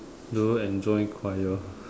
do you enjoy choir